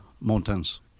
mountains